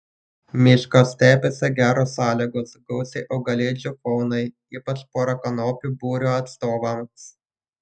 miškastepėse geros sąlygos gausiai augalėdžių faunai ypač porakanopių būrio atstovams